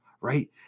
Right